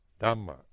dhamma